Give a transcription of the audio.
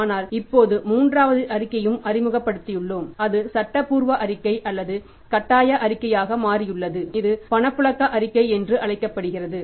ஆனால் இப்போது மூன்றாவது அறிக்கையையும் அறிமுகப்படுத்தியுள்ளோம் அது சட்டப்பூர்வ அறிக்கை அல்லது கட்டாய அறிக்கையாக மாறியுள்ளது இது பணப்புழக்க அறிக்கை என்று அழைக்கப்படுகிறது